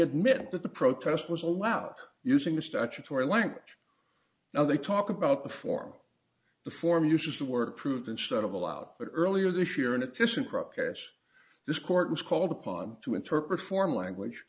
admit that the protest was allowed using the statutory language now they talk about a form the form uses the word approved instead of allowed but earlier this year in addition protests this court was called upon to interpret foreign language